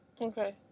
Okay